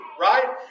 Right